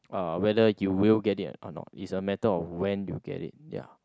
uh whether you will get it or not is a matter of when you get it ya